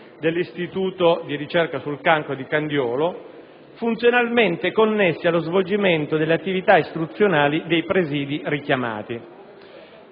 (Istituto di ricerca sul cancro di Candiolo), funzionalmente connessi allo svolgimento delle attività istituzionali dei presidi richiamati.